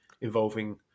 involving